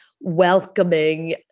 welcoming